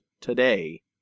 today